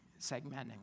segmenting